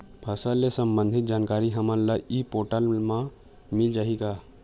फसल ले सम्बंधित जानकारी हमन ल ई पोर्टल म मिल जाही का?